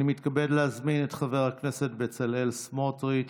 אני מתכבד להזמין את חבר הכנסת בצלאל סמוטריץ'.